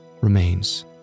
remains